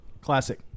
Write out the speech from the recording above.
Classic